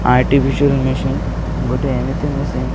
artificial machine ଗୋଟେ ଏମିତି machine